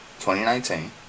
2019